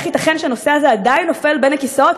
איך ייתכן שהנושא הזה עדיין נופל בין הכיסאות,